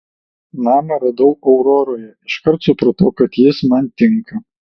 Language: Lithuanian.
namą radau auroroje iš karto supratau kad jis man tinka